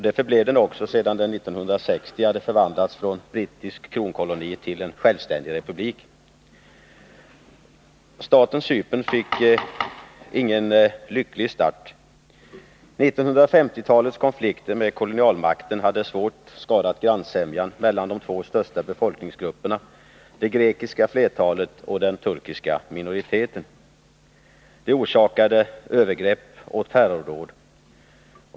Det förblev den också sedan den 1960 hade förvandlats från brittisk kronkoloni till självständig republik. Staten Cypern fick ingen lycklig start. 1950-talets konflikter med kolonialmakten hade svårt skadat grannsämjan mellan de två största befolkningsgrupperna, det grekiska flertalet och den turkiska minoriteten. Det orsakade övergrepp och terrordåd.